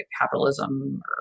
capitalism